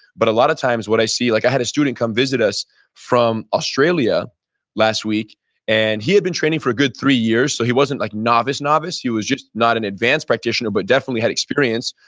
but a lot of times what i see, like i had a student come visit us from australia last week and he had been training for a good three years so he wasn't like novice, novice, he was just not an advanced practitioner, but definitely had experience,